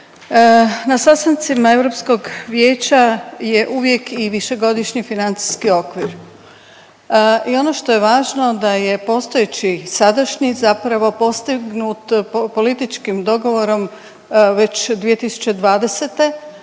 Na sastancima EV-a je uvijek i višegodišnji financijski okvir i ono što je važno da je postojeći, sadašnji, zapravo postignut političkim dogovorom već 2020.,